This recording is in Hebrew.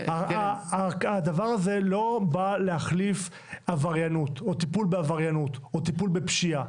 הדבר הזה לא בא להחליף טיפול בעבריינות או טיפול בפשיעה,